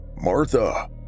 Martha